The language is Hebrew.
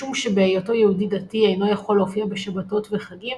משום שבהיותו יהודי דתי אינו יכול להופיע בשבתות וחגים,